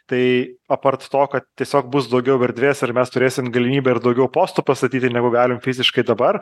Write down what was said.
tai apart to kad tiesiog bus daugiau erdvės ir mes turėsim galimybę ir daugiau postų pastatyti negu galim fiziškai dabar